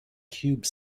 cube